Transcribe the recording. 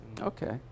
Okay